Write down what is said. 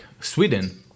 Sweden